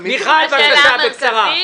זאת השאלה המרכזית.